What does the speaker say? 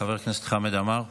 חבר הכנסת חמד עמאר.